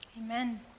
amen